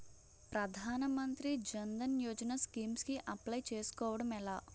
ప్రధాన మంత్రి జన్ ధన్ యోజన స్కీమ్స్ కి అప్లయ్ చేసుకోవడం ఎలా?